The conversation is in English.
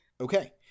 Okay